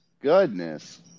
goodness